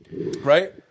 right